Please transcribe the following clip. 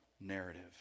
narrative